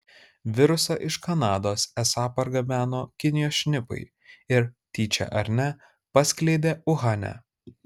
virusą iš kanados esą pargabeno kinijos šnipai ir tyčia ar ne paskleidė uhane